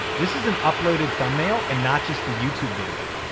this is an uploaded thumbnail and not just the youtube video.